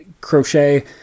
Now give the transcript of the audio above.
crochet